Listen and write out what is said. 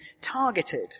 targeted